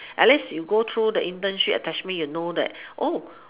at least you go through the internship attachment you know that